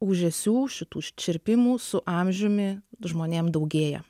ūžesių šitų čirpimų su amžiumi žmonėm daugėja